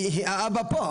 כי האבא פה,